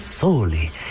solely